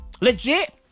Legit